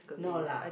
no lah